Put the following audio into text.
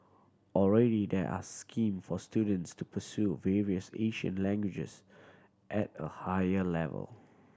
already there are scheme for students to pursue various Asian languages at a higher level